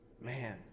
man